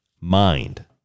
mind